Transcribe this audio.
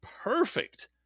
perfect